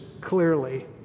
clearly